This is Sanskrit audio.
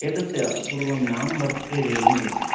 एतस्य पूर्वं नाम वर्तते रियल्मी इति